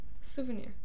Souvenir